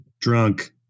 Drunk